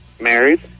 Married